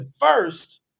first